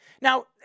Now